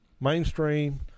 Mainstream